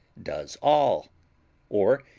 does all or,